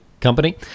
company